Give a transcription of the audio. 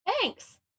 Thanks